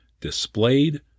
displayed